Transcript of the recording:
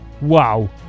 Wow